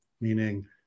meaning